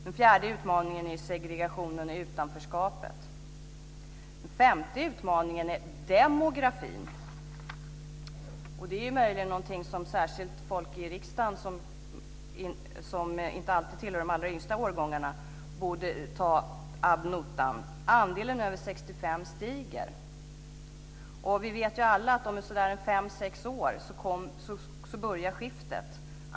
Den fjärde utmaningen är segregationen och utanförskapet. Den femte utmaningen är demografin. Det är möjligen något som särskilt människor i riksdagen som inte alltid tillhör de allra yngsta årgångarna borde ta ad notam. Andelen över 65 år stiger. Och vi vet alla att om fem-sex år så börjar skiftet.